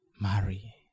marry